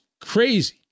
crazy